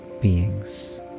beings